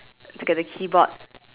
to get the keyboard